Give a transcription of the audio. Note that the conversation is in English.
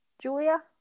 Julia